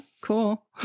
Cool